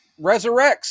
resurrects